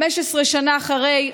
15 שנה אחרי,